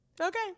okay